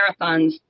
marathons